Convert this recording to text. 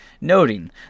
noting